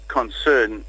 concern